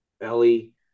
Ellie